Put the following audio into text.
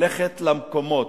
וללכת למקומות.